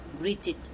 greeted